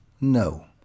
no